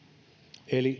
eli